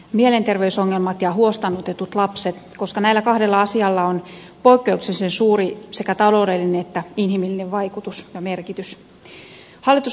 mielenterveysongelmat ja huostaan otetut lapset koska näillä kahdella asialla on poikkeuksellisen suuri sekä taloudellinen että inhimillinen vaikutus ja merkitys